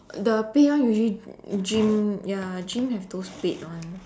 the pay one usually gym ya gym have those paid ones